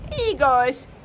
Ego's